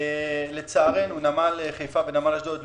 לצערנו נמל חיפה ונמל אשדוד,